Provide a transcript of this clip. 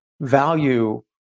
value